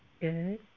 Good